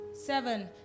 Seven